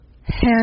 hand